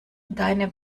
deine